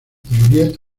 juliette